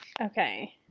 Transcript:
Okay